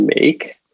make